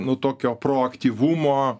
nu tokio proaktyvumo